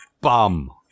Bum